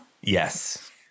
Yes